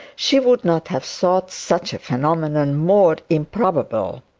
she would not have thought such a phenomenon more improbable.